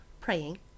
praying